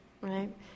right